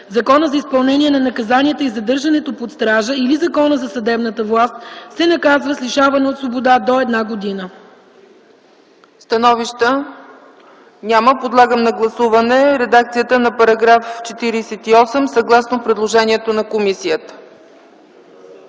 Закона за изпълнение на наказанията и задържането под стража или Закона за съдебната власт, се наказва с лишаване от свобода до 1 година”.” ПРЕДСЕДАТЕЛ ЦЕЦКА ЦАЧЕВА: Становища няма. Подлагам на гласуване редакцията на § 48, съгласно предложението на комисията.